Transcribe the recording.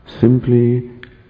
simply